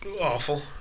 awful